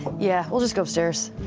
yeah, we'll just go upstairs.